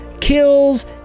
kills